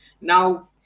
Now